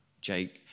Jake